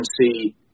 see